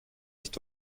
nicht